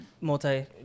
multi